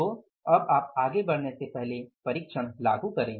तो अब आप आगे बढ़ने से पहले परिक्षण लागू करें